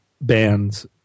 bands